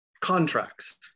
contracts